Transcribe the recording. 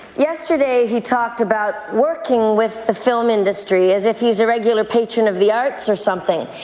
yesterday, he talked about working with the film industry as if he's a regular patron of the arts or something.